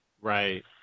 Right